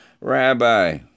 Rabbi